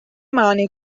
mani